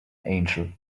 angel